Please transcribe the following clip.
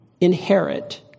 inherit